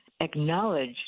acknowledge